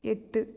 எட்டு